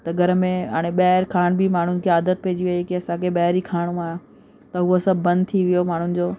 त घर में हाणे ॿाहिरि खाइण बि माण्हुनि खे आदत पइजी वई की असांखे ॿाहिरि ई खाइणो आहे त हुअ सभु बंदि थी वियो माण्हुनि जो